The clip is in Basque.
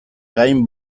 gain